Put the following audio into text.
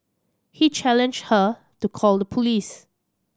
he challenged her to call the police